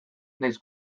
nahiz